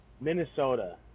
Minnesota